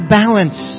balance